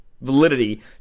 validity